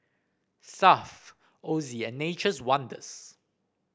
Stuff Ozi and Nature's Wonders